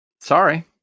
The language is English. Sorry